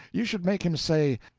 you should make him say,